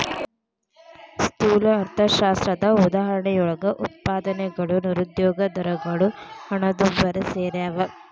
ಸ್ಥೂಲ ಅರ್ಥಶಾಸ್ತ್ರದ ಉದಾಹರಣೆಯೊಳಗ ಉತ್ಪಾದನೆಗಳು ನಿರುದ್ಯೋಗ ದರಗಳು ಹಣದುಬ್ಬರ ಸೆರ್ಯಾವ